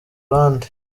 abandi